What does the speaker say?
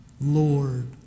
Lord